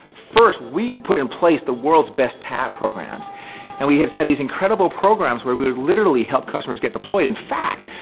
first, we put in place the world's best tap programs and we had had these incredible programs where we would literally help customers get deployed. in fact,